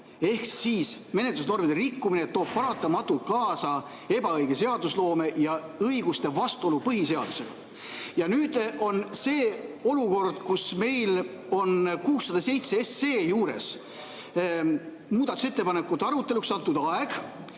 ehk menetlusnormide rikkumine toob paratamatult kaasa ebaõige seadusloome ja õiguste vastuolu põhiseadusega. Nüüd on see olukord, kus meil on 607 SE juures muudatusettepanekute aruteluks aeg